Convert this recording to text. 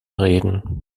reden